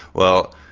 well,